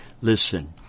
Listen